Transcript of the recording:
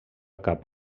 cap